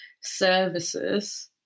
services